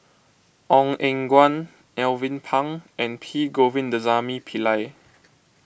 Ong Eng Guan Alvin Pang and P Govindasamy Pillai